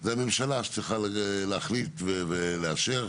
זה הממשלה שצריכה להחליט ולאשר,